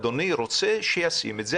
אדוני רוצה, שישים את זה.